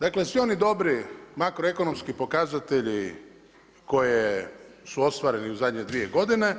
Dakle, svi oni dobri makro-ekonomski pokazatelji koji su ostvareni u zadnje dvije godine